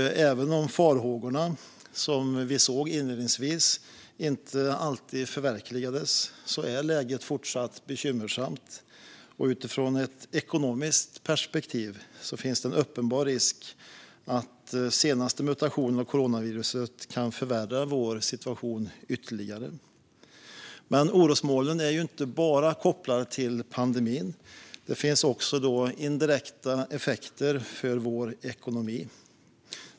Även om farhågorna som vi såg inledningsvis inte alltid förverkligades är läget fortsatt bekymmersamt. Ur ett ekonomiskt perspektiv finns det en uppenbar risk att den senaste mutationen av coronaviruset förvärrar vår situation ytterligare. Men orosmolnen är inte bara kopplade till pandemin. Det finns också indirekta effekter för vår ekonomi.